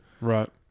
Right